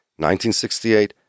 1968